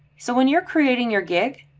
so when you're creating your gig,